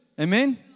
Amen